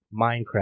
Minecraft